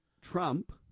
Trump